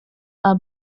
are